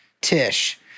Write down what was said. Tish